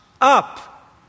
up